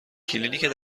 کلینیک